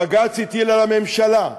הבג"ץ הטיל על הממשלה.